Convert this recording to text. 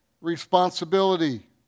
Responsibility